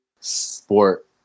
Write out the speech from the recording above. sport